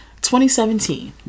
2017